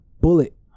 bullet